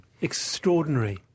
Extraordinary